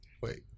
Wait